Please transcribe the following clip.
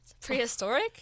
Prehistoric